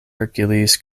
hercules